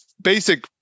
basic